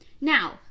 now